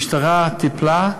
המשטרה טיפלה,